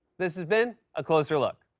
this has been a closer look.